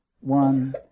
one